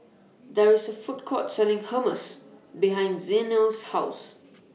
There IS A Food Court Selling Hummus behind Zeno's House